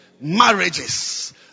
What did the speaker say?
marriages